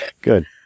Good